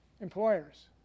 employers